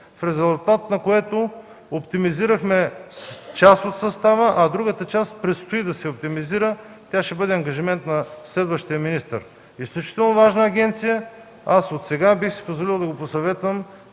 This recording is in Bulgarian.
в резултат на което оптимизирахме част от състава, а другата част предстои да се оптимизира, това ще бъде ангажимент на следващия министър. Изключително важна агенция – отсега бих си позволил да го посъветвам